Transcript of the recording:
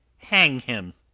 hang him,